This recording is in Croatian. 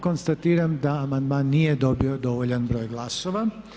Konstatiram da amandman nije dobio dovoljan broj glasova.